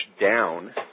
down